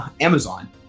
Amazon